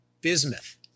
bismuth